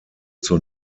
zur